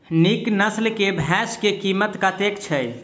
नीक नस्ल केँ भैंस केँ कीमत कतेक छै?